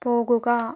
പോകുക